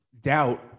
doubt